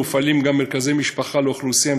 מופעלים מרכזי משפחה לאוכלוסייה עם